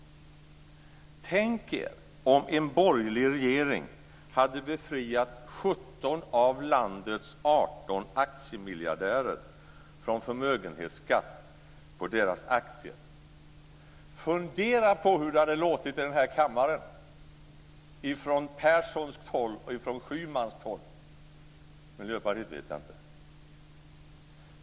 Tänk er om en borgerlig regering hade befriat 17 av landets 18 aktiemiljardärer från förmögenhetsskatt på deras aktier! Fundera på hur det hade låtit i kammaren från perssonskt och schymanskt håll. Jag vet inte hur det är med Miljöpartiet.